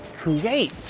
create